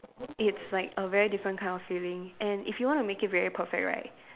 it's like a very different kind of feeling and if you want to make it very perfect right